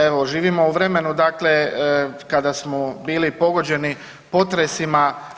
Evo živimo u vremenu, dakle kada smo bili pogođeni potresima.